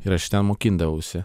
ir aš ten mokindavausi